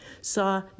saw